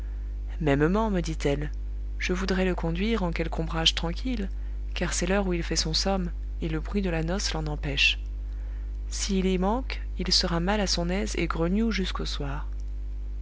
mêmement me dit-elle je voudrais le conduire en quelque ombrage tranquille car c'est l'heure où il fait son somme et le bruit de la noce l'en empêche s'il y manque il sera mal à son aise et greugnoux jusqu'au soir